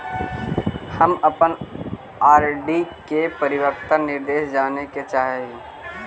हम अपन आर.डी के परिपक्वता निर्देश जाने के चाह ही